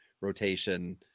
rotation